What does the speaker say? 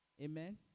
Amen